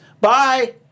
Bye